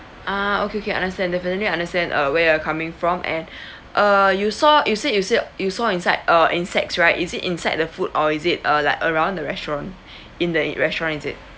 ah okay okay understand definitely understand uh where you're coming from and err you saw you said you said you saw inside uh insects right is it inside the food or is it uh like around the restaurant in the restaurant is it